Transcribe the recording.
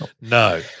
no